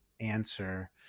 answer